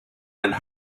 and